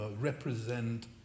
represent